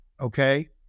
Okay